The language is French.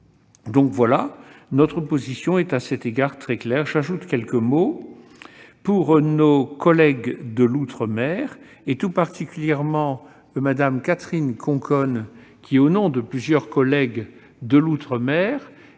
rénové. Notre position est à cet égard très claire. J'ajoute quelques mots pour nos collègues de l'outre-mer et, tout particulièrement, pour Mme Catherine Conconne, qui, au nom de plusieurs de ses collègues,